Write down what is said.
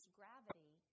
gravity